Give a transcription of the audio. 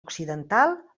occidental